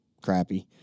crappy